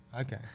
Okay